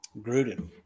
Gruden